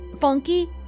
Funky